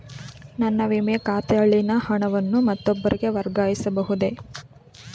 ನನ್ನ ವಿಮೆ ಖಾತೆಯಲ್ಲಿನ ಹಣವನ್ನು ಮತ್ತೊಬ್ಬರಿಗೆ ವರ್ಗಾಯಿಸ ಬಹುದೇ?